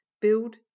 build